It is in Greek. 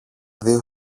δυο